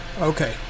Okay